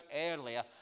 earlier